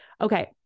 Okay